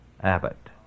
Abbott